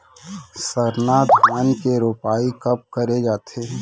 सरना धान के रोपाई कब करे जाथे?